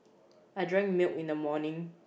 I drank milk in the morning